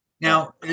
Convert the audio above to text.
Now